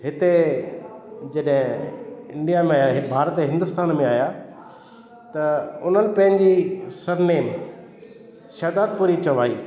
हिते जॾहिं इंडिया में भारत हिंदुस्तान में आहियां त उन्हनि पंहिंजी सरनेम शहदादपुर ई चवाई